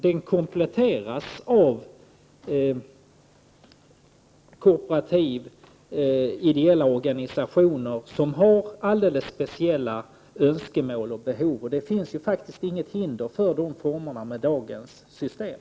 Den kompletteras av kooperativ och ideella organisationer, 115 som har alldeles speciella önskemål och behov, och det finns faktiskt inget hinder för de formerna i dagens system.